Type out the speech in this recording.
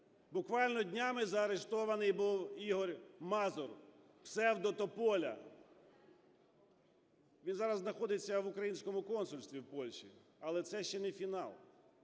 Буквально днями заарештований був Ігор Мазур, псевдо "Тополя", він зараз знаходиться в українському консульстві у Польщі, але це ще не фінал,